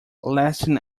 lasting